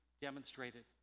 demonstrated